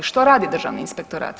Što radi Državni inspektorat?